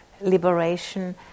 liberation